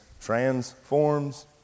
transforms